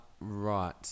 Right